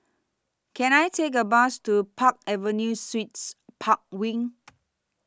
Can I Take A Bus to Park Avenue Suites Park Wing